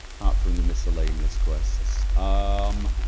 apart from the miscellaneous quests um